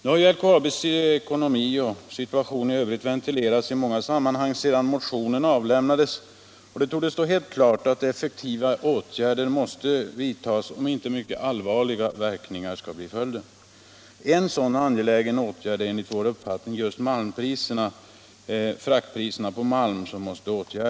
Nu har LKAB:s ekonomi och situation i övrigt ventilerats i många sammanhang sedan motionen avlämnades, och det torde stå helt klart att effektiva åtgärder måste vidtagas om inte mycket allvarliga verkningar skall bli följden. En angelägen sådan åtgärd måste enligt vår uppfattning gälla just fraktpriserna på malm.